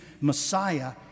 Messiah